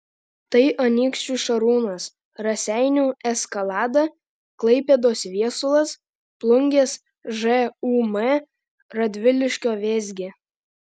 tai anykščių šarūnas raseinių eskalada klaipėdos viesulas plungės žūm radviliškio vėzgė